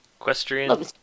Equestrian